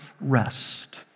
rest